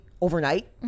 overnight